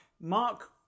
Mark